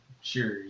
Sure